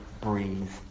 breathe